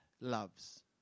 loves